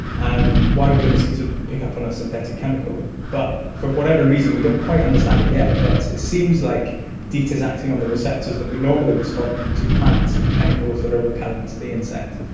and why would a mosquito pick up on a synthetic chemical? but for whatever reason, we don't quite understand it yet, but it seems like deet is acting on the receptors that would normally respond to plant chemicals that are repellent to the insect.